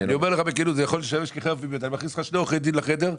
אם אני מכניס לך שני עורכי דין לחדר,